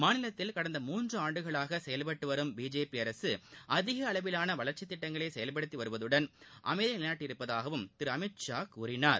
மாநிலத்தில் கடந்த மூன்று ஆண்டுகளாக செயல்பட்டு வரும் பிஜேபி அரசு அதிக அளவிலான வளர்ச்சித் திட்டங்களை செயல்படுத்தி வருவதுடன் அமைதியை நிலைநாட்டியிருப்பதாக திரு அமித்ஷா கூறினார்